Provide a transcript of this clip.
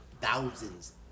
thousands